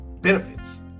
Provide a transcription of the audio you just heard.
benefits